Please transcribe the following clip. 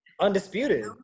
Undisputed